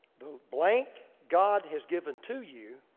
the blank god has given to you,